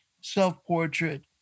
Self-Portrait